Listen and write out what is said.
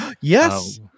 Yes